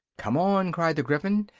come on! cried the gryphon,